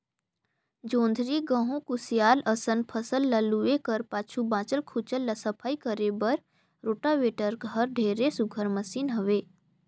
जोंधरी, गहूँ, कुसियार असन फसल ल लूए कर पाछू बाँचल खुचल ल सफई करे बर रोटावेटर हर ढेरे सुग्घर मसीन हवे